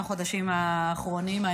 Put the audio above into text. חבר הכנסת אושר, די, זהו.